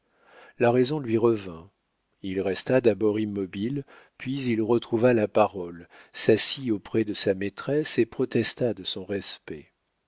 la raison lui revint il resta d'abord immobile puis il retrouva la parole s'assit auprès de sa maîtresse et protesta de son respect